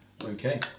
Okay